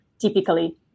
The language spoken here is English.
typically